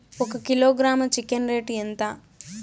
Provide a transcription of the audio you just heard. ఒక kilogram chicken rate ఎంత?